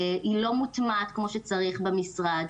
היא לא מוטמעת כמו שצריך במשרד.